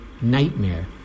nightmare